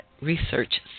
research